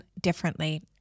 differently